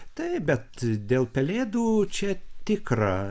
taip bet dėl pelėdų čia tikra